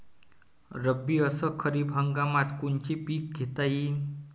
रब्बी अस खरीप हंगामात कोनचे पिकं घेता येईन?